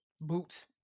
boots